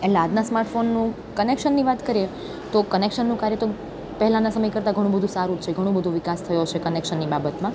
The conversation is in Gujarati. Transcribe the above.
એટલે આજના સ્માર્ટફોનનું કનેક્શનની વાત કરીએ તો કનેક્શનનું કાર્ય તો પહેલાંના સમય કરતાં ઘણું બધુ સારું છે ઘણું બધો વિકાસ થયો છે કનેક્શનની બાબતમાં